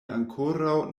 ankoraŭ